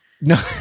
No